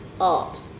art